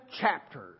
chapters